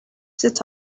set